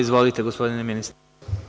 Izvolite, gospodine ministre.